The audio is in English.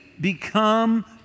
become